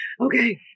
Okay